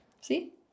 See